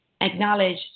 acknowledge